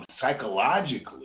psychologically